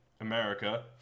America